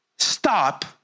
stop